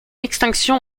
extinction